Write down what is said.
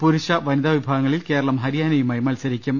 പുരുഷ വനിത വിഭാഗ ങ്ങളിൽ കേരളം ഹരിയാനയുമായി മത്സരിക്കും